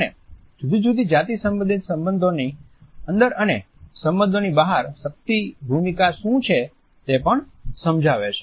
અને જુદી જુદી જાતિ સંબંધિત સંબંધોની અંદર અને સંબંધોની બહાર શક્તિ ભૂમિકા શું છે તે પણ સમજાવે છે